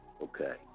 okay